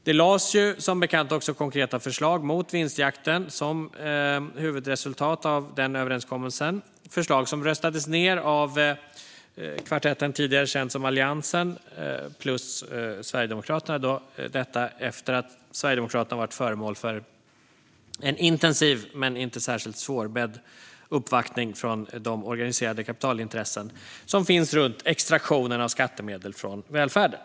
Det lades som bekant också fram konkreta förslag mot vinstjakten som huvudresultat av överenskommelsen. Det var förslag som röstades ned av kvartetten som tidigare var känd som Alliansen plus Sverigedemokraterna. Detta skedde efter att Sverigedemokraterna hade varit föremål för en intensiv men inte särskilt svårbedd uppvaktning från de organiserade kapitalintressen som finns runt extraktionen av skattemedel från välfärden.